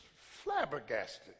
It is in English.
flabbergasted